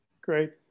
Great